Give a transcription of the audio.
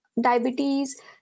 diabetes